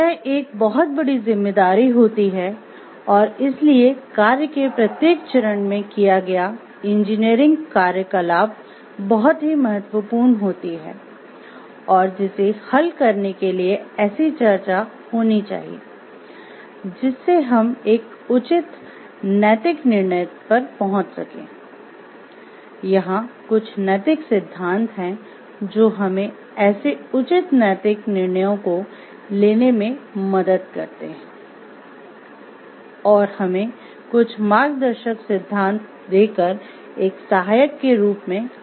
यह एक बहुत बड़ी ज़िम्मेदारी होती है और इसीलिये कार्य के प्रत्येक चरण देकर एक सहायक के रूप में कार्य करते हैं